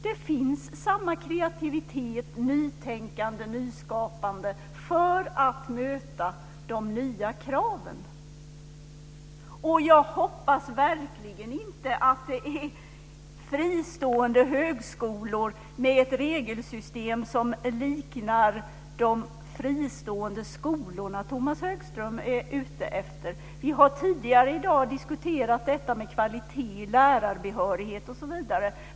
Det finns samma kreativitet, nytänkande och nyskapande för att möta de nya kraven. Jag hoppas verkligen inte att det är fristående högskolor med ett regelsystem som liknar de fristående skolornas Tomas Högström är ute efter. Vi har tidigare i dag diskuterat kvalitet i lärarbehörighet, osv.